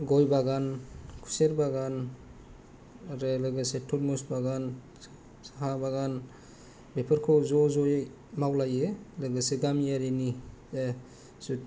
गय बागान खुसेर बागान आरो लोगोसे तरमुस बागान साहा बागान बेफोरखौ ज' ज'यै मावलायो लोगोसे गामियारिनि